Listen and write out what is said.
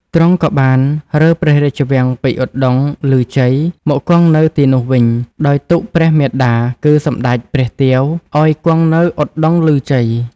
ទ្រង់ក៏បានរើព្រះរាជវាំងពីឧត្តុង្គឮជ័យមកគង់នៅទីនោះវិញ ដោយទុកព្រះមាតាគឺ សម្តេចព្រះទាវ ឲ្យគង់នៅឧត្តុង្គឮជ័យ។